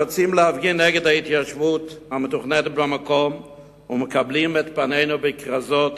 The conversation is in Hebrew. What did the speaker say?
יוצאים להפגין נגד ההתיישבות המתוכננת במקום ומקבלים את פנינו בכרזות